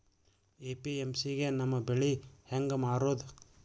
APMC ಗೆ ನಮ್ಮ ಬೆಳಿ ಹೆಂಗ ಮಾರೊದ?